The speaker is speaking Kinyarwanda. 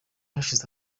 hashize